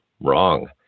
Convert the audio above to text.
Wrong